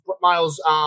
Miles